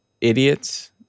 idiots